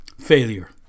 failure